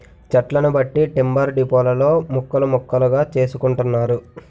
చెట్లను బట్టి టింబర్ డిపోలలో ముక్కలు ముక్కలుగా చేసుకుంటున్నారు